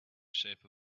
shape